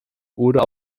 oder